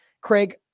Craig